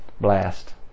blast